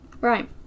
Right